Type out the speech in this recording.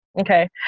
Okay